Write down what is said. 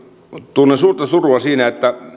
tunnen suurta surua siinä että